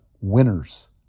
winners